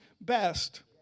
best